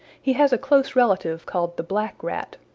he has a close relative called the black rat.